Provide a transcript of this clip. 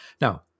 now